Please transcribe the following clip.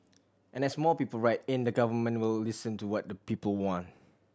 and as more people write in the Government will listen to what the people want